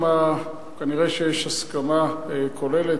כנראה יש הסכמה כוללת,